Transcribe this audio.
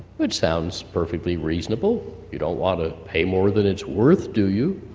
which sounds perfectly reasonable. you don't want to pay more than it's worth do you?